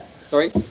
Sorry